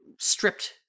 stripped